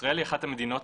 ישראל היא אחת המדינות